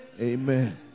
amen